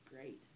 Great